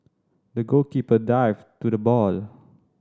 the goalkeeper dived to the ball